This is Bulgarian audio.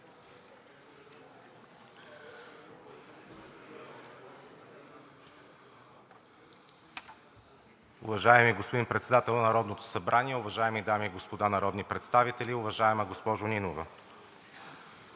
Ви, господин Председател на Народното събрание. Уважаеми дами и господа народни представители! Уважаеми господин